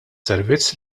servizz